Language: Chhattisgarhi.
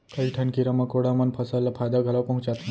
कई ठन कीरा मकोड़ा मन फसल ल फायदा घलौ पहुँचाथें